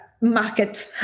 market